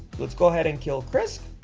let's go ahead and kill krisk.